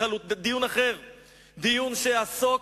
דיון שיעסוק